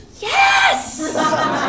Yes